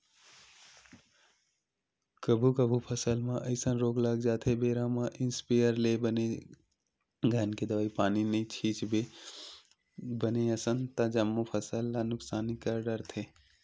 कभू कभू फसल म अइसन रोग लग जाथे बेरा म इस्पेयर ले बने घन के दवई पानी नइ छितबे बने असन ता जम्मो फसल ल नुकसानी कर डरथे